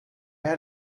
had